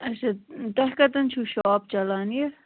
اَچھا تۄہہِ کتٮ۪ن چھُو شاپ چَلان یہِ